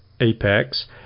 Apex